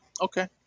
Okay